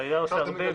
העירייה עושה הרבה.